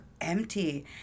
empty